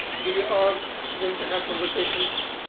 we are going to have conversations